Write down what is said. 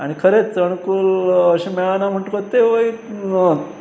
आनी खरेंच चणकूल अशें मेळना म्हणटकत तेंवूय